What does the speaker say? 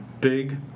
big